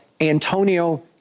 Antonio